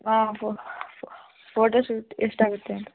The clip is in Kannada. ಹಾಂ ಫೋಟೋ ಶೂಟ್ ಎಷ್ಟಾಗುತ್ತೆ ಅಂತ